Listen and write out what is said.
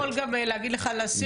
השופט יכול גם להגיד לך להסיר.